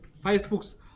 Facebook's